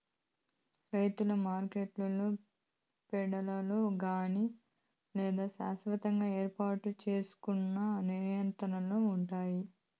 రైతుల మార్కెట్లు షెడ్లలో కానీ లేదా శాస్వతంగా ఏర్పాటు సేసుకున్న నిర్మాణాలలో ఉంటాయి